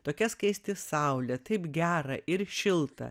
tokia skaisti saulė taip gera ir šilta